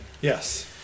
Yes